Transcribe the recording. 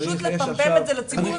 פשוט לפמפם את זה לציבור,